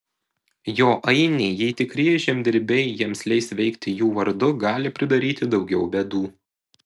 jo ainiai jei tikrieji žemdirbiai jiems leis veikti jų vardu gali pridaryti daugiau bėdų